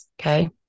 okay